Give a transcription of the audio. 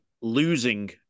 losing